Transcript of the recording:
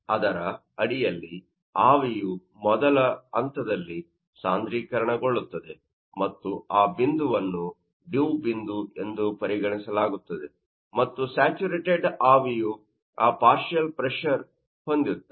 ಅದರ ಅಡಿಯಲ್ಲಿ ಆವಿಯು ಮೊದಲ ಹಂತದಲ್ಲಿ ಸಾಂದ್ರೀಕರಣಗೊಳ್ಳುತ್ತದೆ ಮತ್ತು ಆ ಬಿಂದುವನ್ನು ಡಿವ್ ಬಿಂದು ಎಂದು ಪರಿಗಣಿಸಲಾಗುತ್ತದೆ ಮತ್ತು ಸ್ಯಾಚುರೇಟೆಡ್ ಆವಿಯು ಆ ಪಾರ್ಷಿಯಲ್ ಪ್ರೆಶರ್ ಹೊಂದಿರುತ್ತದೆ